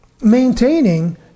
maintaining